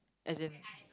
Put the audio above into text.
as in